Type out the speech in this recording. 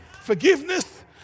Forgiveness